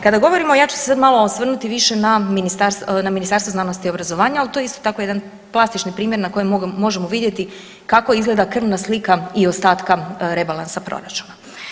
Kada govorimo, ja ću se sad malo osvrnuti na Ministarstvo znanosti i obrazovanja, ali to je isto tako jedan plastični primjer na kojem možemo vidjeti kako izgleda krvna slika i ostatka rebalansa proračuna.